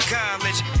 college